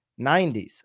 90s